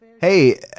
Hey